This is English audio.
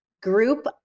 group